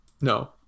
no